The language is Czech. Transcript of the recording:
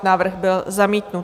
Návrh byl zamítnut.